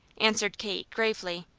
answered kate gravely.